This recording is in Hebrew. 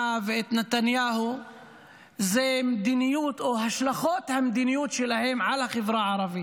ואת נתניהו אלו השלכות המדיניות שלהם על החברה הערבית.